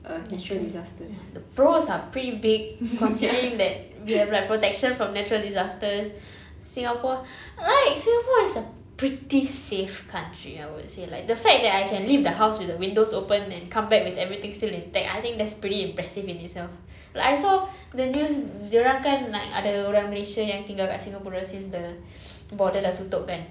that's true ya the pros are pretty big considering that we have like protection from natural disasters singapore like singapore is a pretty safe country I would say like the fact that I can leave the house with the windows open and come back with everything still intact I think that's pretty impressive within itself like I saw the news dia orang kan like ada orang malaysia tinggal kat singapura since the borders dah tutup kan